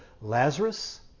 Lazarus